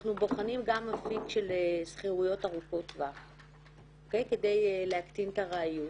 אנחנו בוחנים גם אפיק של שכירויות ארוכות טווח כדי להקטין את הארעיות